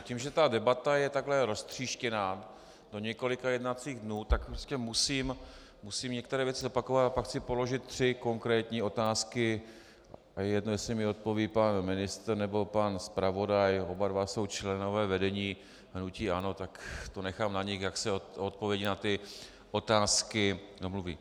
Tím, že ta debata je takhle roztříštěná do několika jednacích dnů, tak jistě musím některé věci zopakovat a pak chci položit tři konkrétní otázky, a je jedno, jestli mi odpoví pan ministr, nebo pan zpravodaj, oba dva jsou členové vedení hnutí ANO, tak nechám na nich, jak se k odpovědi na ty otázky domluví.